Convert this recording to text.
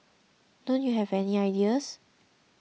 don't you have any ideas